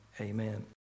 amen